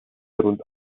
rund